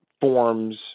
forms